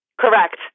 Correct